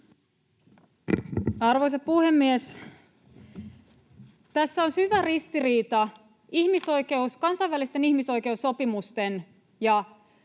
Arvoisa puhemies! Tässä on syvä ristiriita kansainvälisten ihmisoikeussopimusten